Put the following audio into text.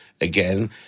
again